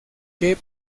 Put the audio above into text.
que